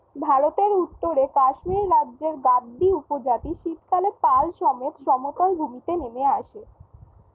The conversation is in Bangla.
ভারতের উত্তরে কাশ্মীর রাজ্যের গাদ্দী উপজাতি শীতকালে পাল সমেত সমতল ভূমিতে নেমে আসে